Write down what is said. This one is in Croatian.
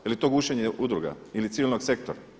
Je li to gušenje udruga ili civilnog sektora?